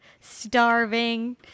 starving